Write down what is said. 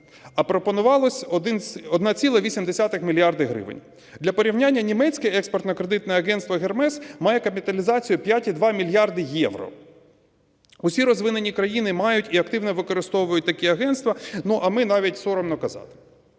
а пропонувалось 1,8 мільярда гривень. Для порівняння, німецьке Експортно-кредитне агентство Hermes має капіталізацію 5,2 мільярда євро. Усі розвинені країни мають і активно використовують такі агентства, ну а ми - навіть соромно казати.